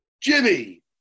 Jimmy